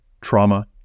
trauma